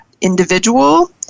individual